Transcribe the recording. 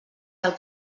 del